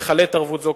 תיחלט ערבות זו,